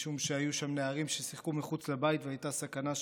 נערים ששיחקו מחוץ לבית והייתה סכנה שמישהו מהם ייפגע.